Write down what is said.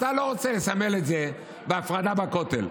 אתה לא רוצה לסמל את זה בהפרדה בכותל,